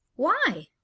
why?